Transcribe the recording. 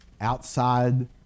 outside